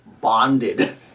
bonded